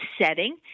setting